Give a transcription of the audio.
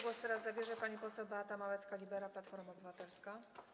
Głos teraz zabierze pani poseł Beata Małecka-Libera, Platforma Obywatelska.